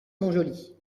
montjoly